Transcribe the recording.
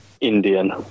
Indian